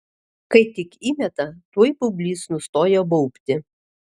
kai tik įmeta tuoj baublys nustoja baubti